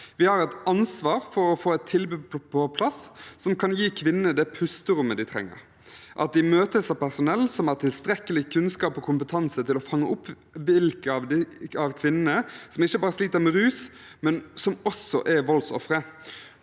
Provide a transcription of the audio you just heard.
Vi har et ansvar for å få et tilbud på plass som kan gi kvinnene det pusterommet de trenger, at de møtes av personell som har tilstrekkelig kunnskap og kompetanse til å fange opp hvilke av kvinnene som ikke bare sliter med rus, men som også er voldsofre.